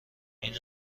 این